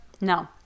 No